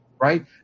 right